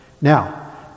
Now